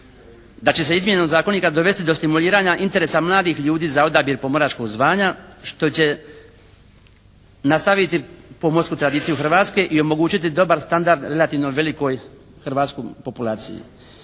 da će izmjenom zakonika dovesti do stimuliranja interesa mladih ljudi za odabir pomoračkog zvanja što će nastaviti pomorsku tradiciju Hrvatske i omogućiti dobar standard relativno velikoj hrvatskoj populaciji.